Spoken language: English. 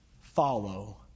follow